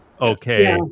okay